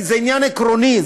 כי זה עניין עקרוני,